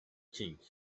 king